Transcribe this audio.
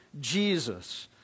Jesus